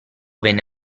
venne